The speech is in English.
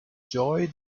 joy